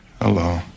Hello